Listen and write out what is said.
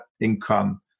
income